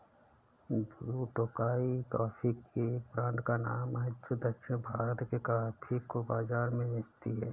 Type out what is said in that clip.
blue Tokai coffee के एक brand का नाम है जो दक्षिण भारत के कॉफी को बाजार में बेचती है